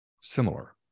similar